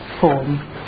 form